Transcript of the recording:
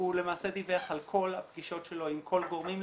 הוא למעשה דיווח על כל הפגישות שלו עם כל הגורמים,